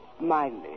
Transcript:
Mildly